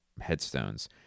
headstones